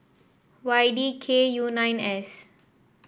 Y D K U nine S